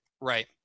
Right